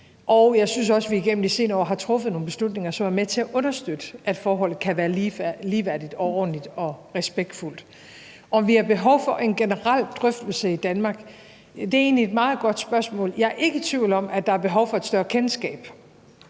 og jeg synes også, at vi igennem de senere år har truffet nogle beslutninger, som er med til at understøtte, at forholdet kan være ligeværdigt og ordentligt og respektfuldt. Om vi har behov for en generel drøftelse i Danmark, er egentlig et meget godt spørgsmål. Jeg er ikke i tvivl om, at der er behov for et større kendskab.